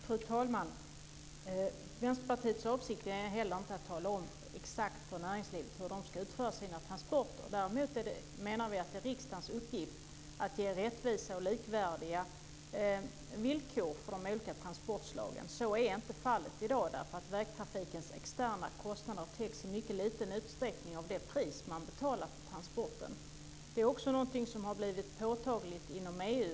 Fru talman! Vänsterpartiets avsikt är inte heller att tala om exakt för näringslivet hur de ska utföra sina transporter. Däremot menar vi att det är riksdagens uppgift att ge rättvisa och likvärdiga villkor för de olika transportslagen. Så är inte fallet i dag. Vägtrafikens externa kostnader täcks i mycket liten utsträckning av det pris man betalar för transporten. Det är också någonting som har blivit påtagligt inom EU.